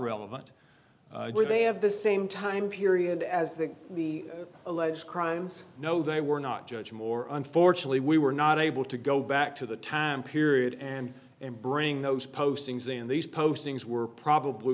relevant they have the same time period as the the alleged crimes no they were not judge moore unfortunately we were not able to go back to the time period and bring those postings in these postings were probably